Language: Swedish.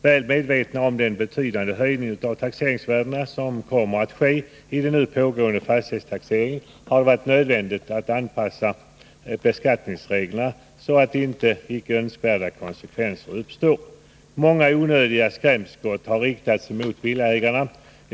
Vi är väl medvetna om den betydande höjningen av taxeringsvärdena, som kommer att ske i den nu pågående fastighetstaxeringen, och det har därför varit nödvändigt att också anpassa beskattningsreglerna för att inte icke önskvärda konsekvenser skall uppstå. Många onödiga skrämskott har riktats mot villaägarna.